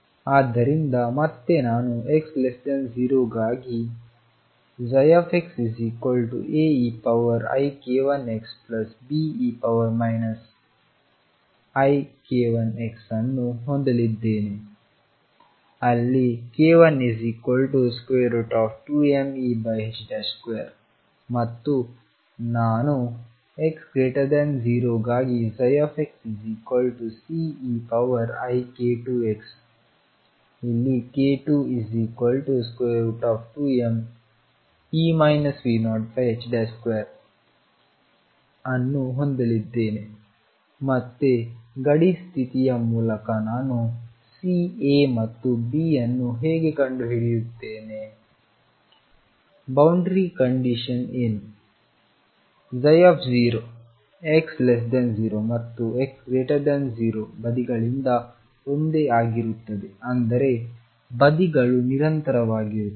ಆದ್ದರಿಂದ ಮತ್ತೆ ನಾನು x 0 ಗಾಗಿ xAeik1xBe ik1x ಅನ್ನು ಹೊಂದಲಿದ್ದೇನೆ ಅಲ್ಲಿ k12mE2ಮತ್ತು ನಾನು x 0 ಗಾಗಿ xCeik2x k22m2x ಅನ್ನು ಹೊಂದಲಿದ್ದೇನೆ ಮತ್ತೆ ಗಡಿ ಸ್ಥಿತಿಯ ಮೂಲಕ ನಾನು C A ಮತ್ತು B ಅನ್ನು ಹೇಗೆ ಕಂಡುಹಿಡಿಯುತ್ತೇನೆ ಬೌಂಡರಿ ಕಂಡೀಶನ್ ಏನು ψ x 0 ಮತ್ತು x 0 ಬದಿಗಳಿಂದ ಒಂದೇ ಆಗಿರುತ್ತದೆ ಅಂದರೆ ಬದಿಗಳು ನಿರಂತರವಾಗಿರುತ್ತವೆ